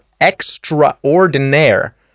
Extraordinaire